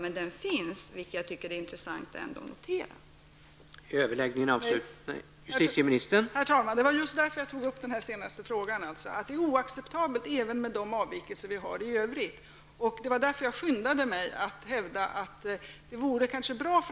Det är intressant att notera att denna siffra finns.